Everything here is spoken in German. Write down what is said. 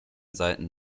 seiten